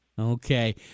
Okay